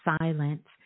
silence